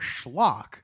schlock